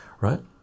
right